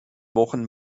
wochen